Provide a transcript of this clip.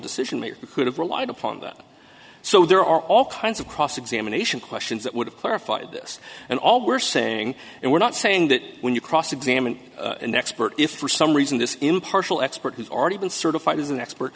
decision maker could have relied upon that so there are all kinds of cross examination questions that would have clarified this and all we're saying and we're not saying that when you cross examine an expert if for some reason this impartial expert who's already been certified as an expert